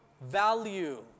value